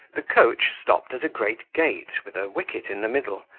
the coach stopped at a great gate, with a wicket in the middle,